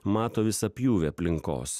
mato visą pjūvį aplinkos